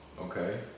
Okay